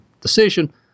decision